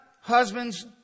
husbands